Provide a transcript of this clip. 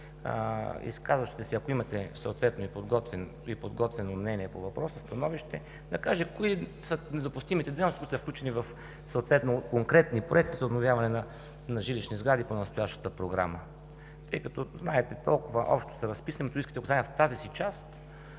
изказващите се, ако имате съответно и подготвено мнение по въпроса, становище, да каже кои са недопустимите дейности, които са включени, съответно в конкретни проекти за обновяване на жилищни сгради по настоящата програма. Тъй като, знаете, толкова общо са разписани методическите указанията в тази си част,